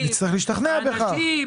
האנשים,